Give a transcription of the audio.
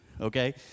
okay